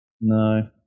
No